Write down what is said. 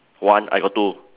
one I got two